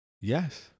Yes